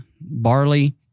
barley